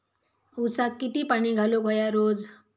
ऊसाक किती पाणी घालूक व्हया रोज?